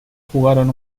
jugaron